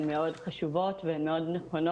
הסטיגמות.